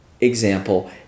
example